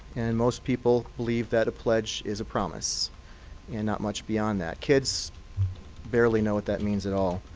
and most people believe that a pledge is a promise and not much beyond that. kids barely know what that means at all.